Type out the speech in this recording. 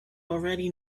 already